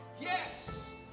yes